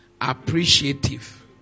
appreciative